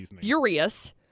furious